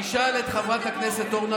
אתם עובדים בארגון טרור.